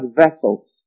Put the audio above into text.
vessels